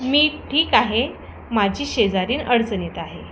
मी ठीक आहे माझी शेजारीण अडचणीत आहे